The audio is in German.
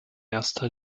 erster